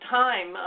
time